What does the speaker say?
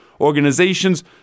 organizations